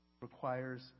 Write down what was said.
requires